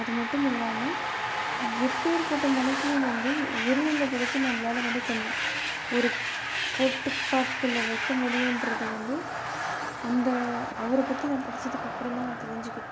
அது மட்டும் இல்லாமல் எப்பேர்ப்பட்ட மனதையும் வந்து ஒருநிலைப்படுத்தி நம்மளால் வந்து கண் ஒரு கோட்பாட்குள்ள வைக்க முடியுங்றத வந்து அந்த அவரை பற்றி நான் படித்ததுக்கு அப்புறந்தான் நான் தெரிஞ்சுகிட்டேன்